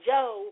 Joe